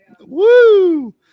woo